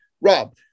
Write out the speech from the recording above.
Rob